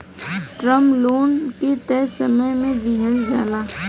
term loan के तय समय में दिहल जाला